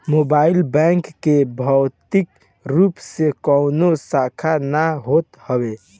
mobile bank के भौतिक रूप से कवनो शाखा ना होत हवे